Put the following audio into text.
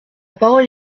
parole